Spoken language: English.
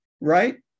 right